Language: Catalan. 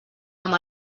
amb